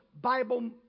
Bible